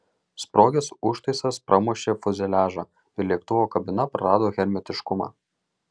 sprogęs užtaisas pramušė fiuzeliažą ir lėktuvo kabina prarado hermetiškumą